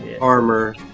armor